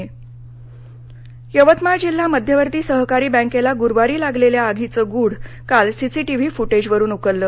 आग यवतमाळ जिल्हा मध्यवर्ती सहकारी बँकेला गुरूवारी लागलेल्या आगीचं गुढ काल सीसीटीव्ही फुटेज वरून उकललं